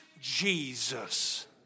Jesus